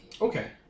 Okay